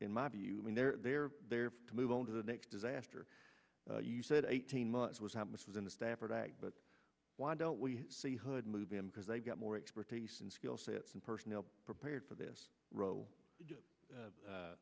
in my view mean they're they're there to move on to the next disaster you said eighteen months was how much was in the stafford act but why don't we see hood move them because they've got more expertise and skill sets and personnel prepared for this row